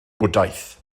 bwdhaeth